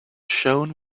shone